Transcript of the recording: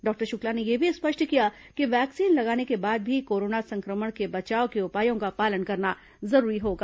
doctor Shukla ने यह भी स्पष्ट किया कि वैक्सीन लगाने के बाद भी कोरोना संक्रमण के बचाव के उपायों का पालन करना जरूरी होगा